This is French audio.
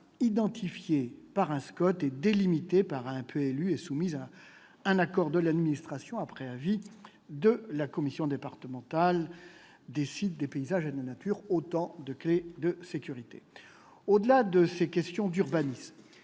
identifiées par un SCOT et délimitées par un PLU, et sont soumises à accord de l'administration, après avis de la commission départementale de la nature, des paysages et des sites- autant de clés de sécurité. Au-delà de ces questions d'urbanisme,